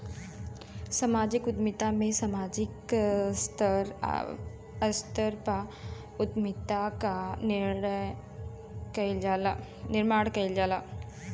समाजिक उद्यमिता में सामाजिक स्तर पअ उद्यमिता कअ निर्माण कईल जाला